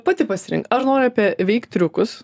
pati pasirink ar nori apie veiktriukus